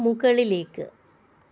മുകളിലേക്ക്